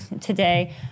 today